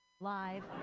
live